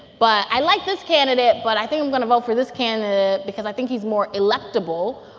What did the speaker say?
but i like this candidate, but i think i'm going to vote for this candidate because i think he's more electable,